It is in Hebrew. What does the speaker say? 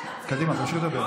קדימה, תמשיך לדבר.